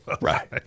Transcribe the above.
Right